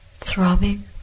Throbbing